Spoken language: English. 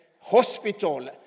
hospital